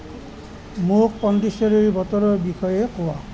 মোক পণ্ডিচেৰীৰ বতৰৰ বিষয়ে কোৱা